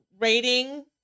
rating